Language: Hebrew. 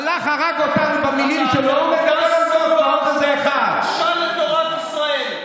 הלך, הרג אותנו במילים שלו, בושה לתורת ישראל.